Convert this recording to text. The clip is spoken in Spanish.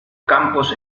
campos